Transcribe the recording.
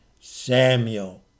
Samuel